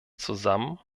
zusammen